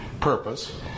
purpose